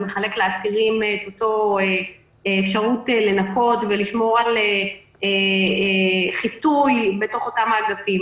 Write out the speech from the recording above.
מחלק לאסירים אפשרות לנקות ולשמור על חיטוי בתוך אותם אגפים.